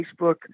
Facebook